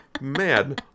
man